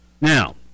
Now